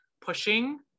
pushing